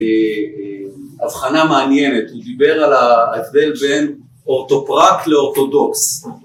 הבחנה מעניינת, הוא דיבר על ההבדל בין אורתופרק לאורתודוקס